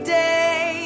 day